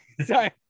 Sorry